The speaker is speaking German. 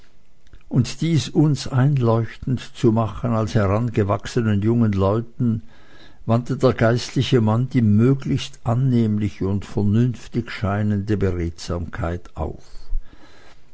und dies uns einleuchtend zu machen als herangewachsenen jungen leuten wandte der geistliche mann die möglichst annehmliche und vernünftig scheinende beredsamkeit auf